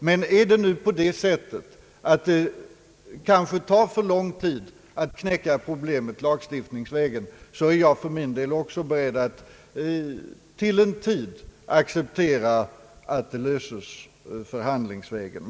Men tar det för lång tid att knäcka problemet lagstiftningsvägen, så är jag för min del också beredd att till en tid acceptera att det löses förhandlingsvägen.